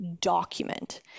document